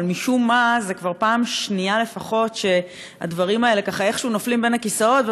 אבל משום מה זו כבר פעם שנייה לפחות שהדברים האלה נופלים בין הכיסאות,